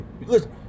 Listen